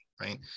Right